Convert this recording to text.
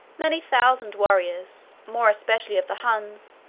many thousand warriors, more especially of the huns,